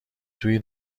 توی